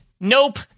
Nope